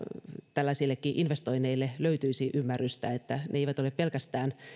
tällaisillekin investoinneille löytyisi sitä ymmärrystä että ne eivät ole pelkästään